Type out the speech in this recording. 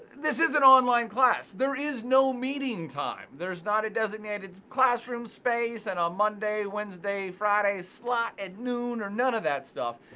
this is an online class. there is no meeting time. there's not a designated classroom space and a um monday, wednesday, friday slot at noon or none of that stuff.